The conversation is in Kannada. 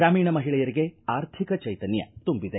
ಗ್ರಾಮೀಣ ಮಹಿಳೆಯರಿಗೆ ಆರ್ಥಿಕ ಜೈತನ್ಯ ತುಂಬಿದೆ